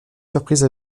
surprise